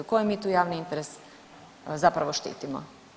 Koji mi tu javni interes zapravo štitimo?